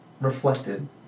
Reflected